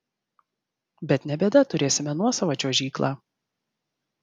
bet ne bėda turėsime nuosavą čiuožyklą